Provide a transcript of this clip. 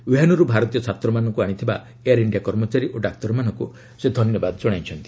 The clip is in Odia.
ଓ୍ୱହାନରୁ ଭାରତୀୟ ଛାତ୍ରମାନଙ୍କୁ ଆଣିଥିବା ଏୟାର୍ ଇଣ୍ଡିଆ କର୍ମଚାରୀ ଓ ଡାକ୍ତରମାନଙ୍କୁ ସେ ଧନ୍ୟବାଦ ଜଣାଇଛନ୍ତି